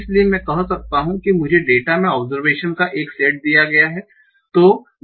इसलिए मैं कह सकता हूं कि मुझे डेटा में ओबसरवेशन का एक सेट दिया गया है